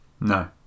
No